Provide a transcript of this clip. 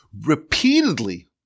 repeatedly